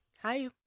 hi